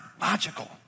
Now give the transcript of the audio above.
logical